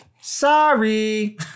Sorry